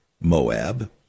Moab